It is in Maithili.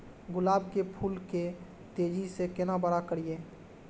गुलाब के फूल के तेजी से केना बड़ा करिए?